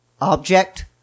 object